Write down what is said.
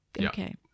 Okay